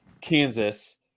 Kansas